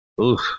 Oof